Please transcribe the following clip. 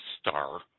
star